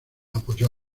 apoyó